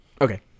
Okay